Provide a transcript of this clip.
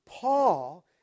Paul